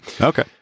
Okay